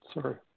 Sorry